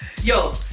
Yo